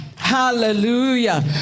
Hallelujah